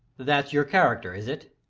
that's your character, is it?